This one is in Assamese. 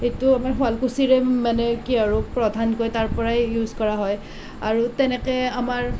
এইটো আমাৰ শুৱালকুছিৰে মানে কি আৰু প্ৰধানকৈ তাৰ পৰাই ইউজ কৰা হয় আৰু তেনেকৈ আমাৰ